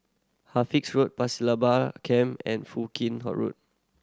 Halifax Road Pasir Laba Camp and Foo Kim Road